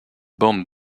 bande